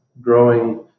growing